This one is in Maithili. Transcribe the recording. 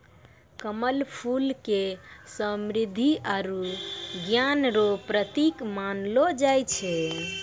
कमल फूल के समृद्धि आरु ज्ञान रो प्रतिक मानलो जाय छै